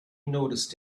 noticed